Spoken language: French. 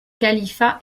califat